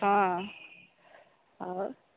ହଁ ହଉ